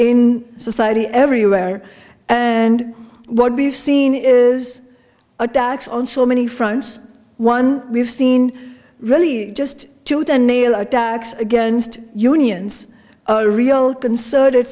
in society everywhere and what we've seen is attacks on so many fronts one we've seen really just tooth and nail attacks against unions a real concerted